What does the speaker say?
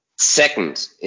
Second